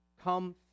come